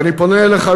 ואני פונה אליך,